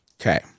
Okay